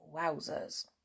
Wowzers